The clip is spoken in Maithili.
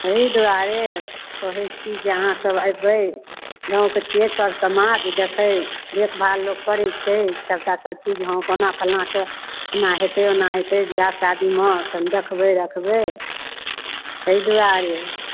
एहि दुआरे कहै छी जे अहाँसभ एबै गामके छियै सर समाज देखैत देखभाल लोक करै छै सभटा सभचीज हँ कोना फल्लाँके एना हेतै ओना हेतै ब्याह शादीमे कनि देखबै रखबै ताहि दुआरे